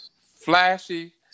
flashy